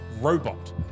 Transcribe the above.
robot